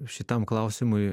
šitam klausimui